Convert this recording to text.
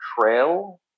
trail